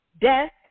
death